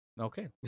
Okay